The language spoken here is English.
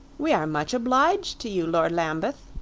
we are much obliged to you, lord lambeth,